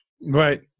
Right